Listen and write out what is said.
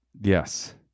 Yes